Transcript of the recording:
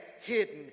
hidden